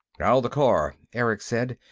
now the car, erick said.